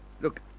Look